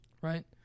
right